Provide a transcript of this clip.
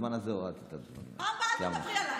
בזמן הזה הורדתי, בפעם הבאה אל תדברי עליי.